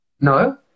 no